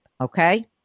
Okay